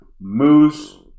Moose